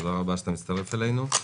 תודה רבה שאתה מצטרף אלינו.